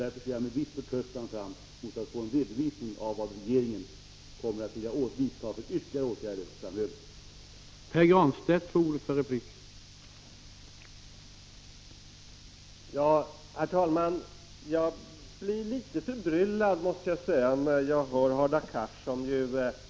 Därför ser jag med viss förtröstan fram mot att få en redovisning av vilka ytterligare åtgärder som regeringen framöver vill vidta.